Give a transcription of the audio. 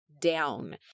down